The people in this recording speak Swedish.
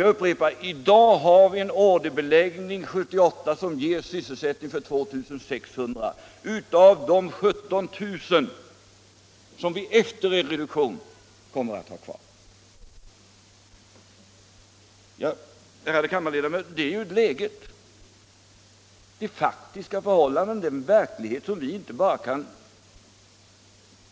Jag upprepar att vi i dag har en orderbeläggning fram till 1978 som ger sysselsättning för 2600 av de 17000 anställda som vi efter en reduktion kommer att ha kvar. Ärade kammarledamöter! Detta är läget. Det är faktiska förhållanden och en verklighet som vi inte bara kan